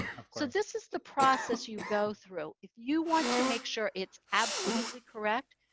so this is the process you go through. if you want to make sure it's absolutely correct,